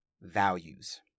values